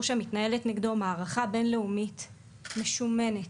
שמתנהלת נגדו מערכה בין לאומית משומנת,